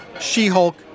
She-Hulk